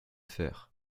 faire